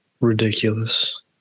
Ridiculous